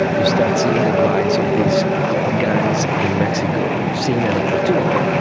you start seeing the rise of these gangs in mexico seeing an opportunity.